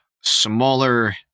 smaller